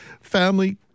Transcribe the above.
family